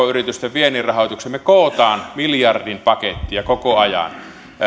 pk yritysten viennin rahoitukseen me kokoamme miljardin pakettia koko ajan